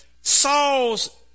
Saul's